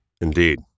Indeed